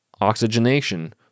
oxygenation